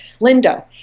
Linda